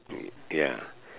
mm ya